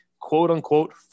quote-unquote